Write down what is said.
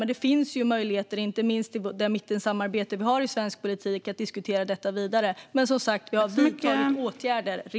Men inte minst inom det mittensamarbete som finns i svensk politik finns möjligheter att diskutera detta vidare. Vi har som sagt dock redan vidtagit åtgärder.